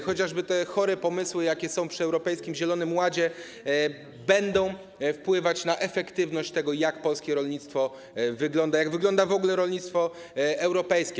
Chociażby te chore pomysły, jakie są przy Europejskim Zielonym Ładzie, będą wpływać na efektywność tego, jak polskie rolnictwo wygląda, jak wygląda w ogóle rolnictwo europejskie.